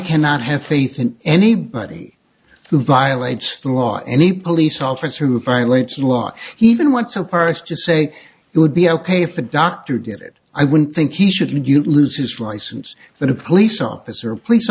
cannot have faith in anybody who violates the law any police officer who violates the law he even went so far as to say it would be ok if the doctor did it i would think he should you lose his license but a police officer a police